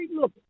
look